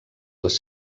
les